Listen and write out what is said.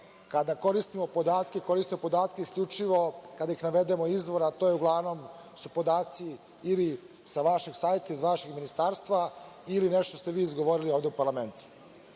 Kada koristimo podatke, koristimo podatke isključivo kada navedemo izvor, a uglavnom su podaci ili sa vašeg sajta, iz vašeg ministarstva, ili nešto što ste vi izgovorili ovde u parlamentu.